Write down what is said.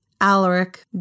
Alaric